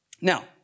Now